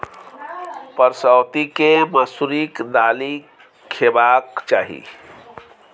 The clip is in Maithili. परसौती केँ मसुरीक दालि खेबाक चाही